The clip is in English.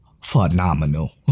phenomenal